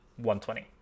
120